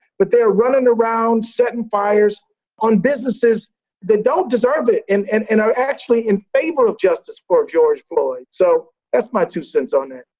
but they are running around, setting fires on businesses that don't deserve it and and and are actually in favor of justice for george floyd. so that's my two cents on that.